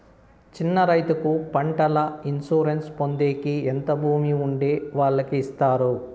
చిన్న రైతుకు పంటల ఇన్సూరెన్సు పొందేకి ఎంత భూమి ఉండే వాళ్ళకి ఇస్తారు?